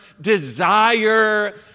desire